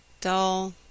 dull